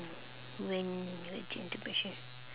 when gentle pressure